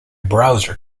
browser